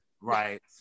Right